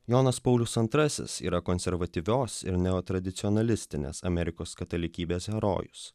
jonas paulius antrasis yra konservatyvios ir neva tradicionalistinės amerikos katalikybės herojus